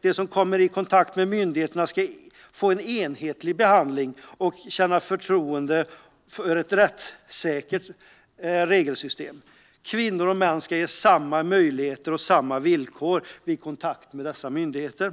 De som kommer i kontakt med myndigheterna ska fa° en enhetlig behandling och känna förtroende för ett rättssäkert regelsystem. Kvinnor och män ska ges samma möjligheter och villkor vid kontakter med dessa myndigheter.